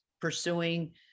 pursuing